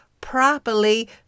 properly